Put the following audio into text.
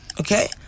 Okay